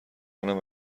کنم